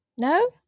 No